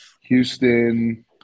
Houston